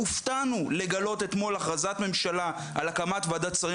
הופתענו לגלות אתמול הכרזת ממשלה על הקמת ועדת שרים